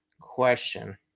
question